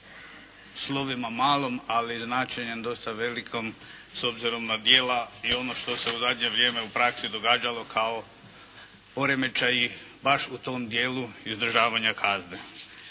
slovima malom, ali značenjem dosta velikom s obzirom na djela i ono što se u zadnje vrijeme u praksi događalo kao poremećaji baš u tom dijelu izdržavanja kazne,